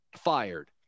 fired